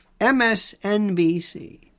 MSNBC